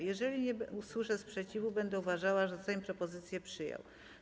Jeżeli nie usłyszę sprzeciwu, będę uważała, że Sejm propozycję przyjął.